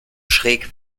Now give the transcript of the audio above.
schräg